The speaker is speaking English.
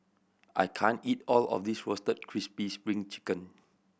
I can't eat all of this Roasted Crispy Spring Chicken